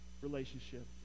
relationship